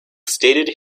stated